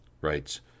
writes